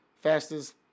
Fastest